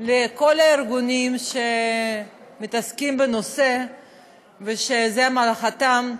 לכל הארגונים שמתעסקים בנושא ושזו מלאכתם,